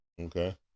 Okay